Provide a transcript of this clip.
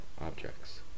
objects